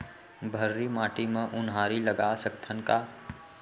भर्री माटी म उनहारी लगा सकथन का?